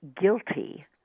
guilty